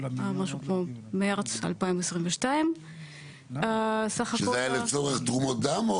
משהו כמו מרץ 2022. שזה היה לצורך תרומות דם?